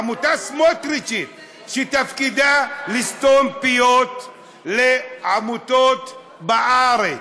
עמותה סמוטריצ'ית שתפקידה לסתום פיות לעמותות בארץ,